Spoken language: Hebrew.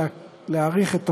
אפשר להאריך את תוקפן.